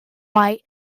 white